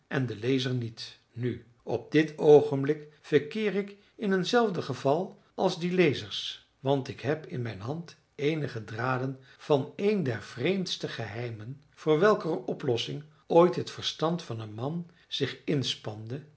en den lezer niet nu op dit oogenblik verkeer ik in eenzelfde geval als die lezers want ik heb in mijn hand eenige draden van een der vreemdste geheimen voor welker oplossing ooit het verstand van een man zich inspande